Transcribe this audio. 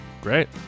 Great